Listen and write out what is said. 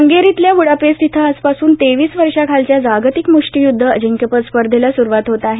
हंगेरीतल्या Budapest इथं आजपासून तेवीस वर्षांखालच्या जागतिक मृष्टीय्द्ध अजिंक्यपद स्पर्धेला सुरुवात होत आहे